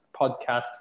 podcast